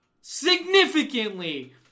significantly